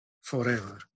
forever